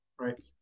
right